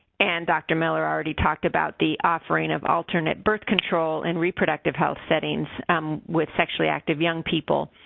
and dr. miller already talked about the offering of alternate birth control in reproductive health settings with sexually active young people